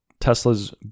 Tesla's